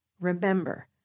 Remember